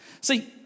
See